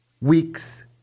weeks